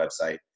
website